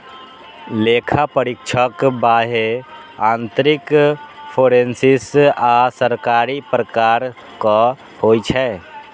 लेखा परीक्षक बाह्य, आंतरिक, फोरेंसिक आ सरकारी प्रकारक होइ छै